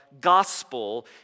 gospel